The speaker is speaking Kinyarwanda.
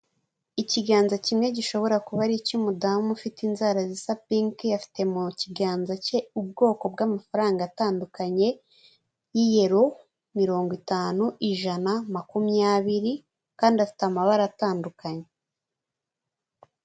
Ikiganza kimwe gishobora kuba ari icy'umudamu ufite inzara zisa pinki, afite mu kiganza cye ubwoko bw'amafaranga atandukanye iyero mirongo itanu ijana makumyabiri kandi afite amabara atandukanye.